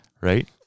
right